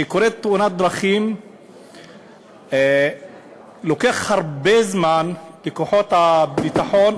כשקורית תאונת דרכים לוקח הרבה זמן לכוחות הביטחון,